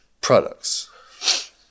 Products